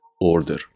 order